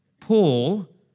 Paul